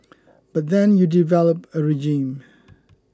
but then you develop a regime